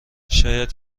شاید